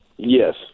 Yes